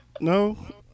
No